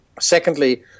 Secondly